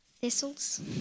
thistles